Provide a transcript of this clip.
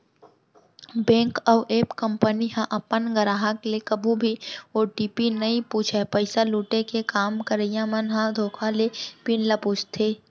bank अउ app company ह अपन गराहक ले कभू भी ओ.टी.पी नइ पूछय, पइसा लुटे के काम करइया मन ह धोखा ले पिन ल पूछथे